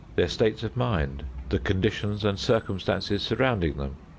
their states of mind, the conditions and circumstances surrounding them,